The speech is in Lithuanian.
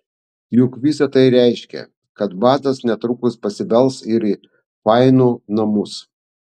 juk visa tai reiškia kad badas netrukus pasibels ir į fainų namus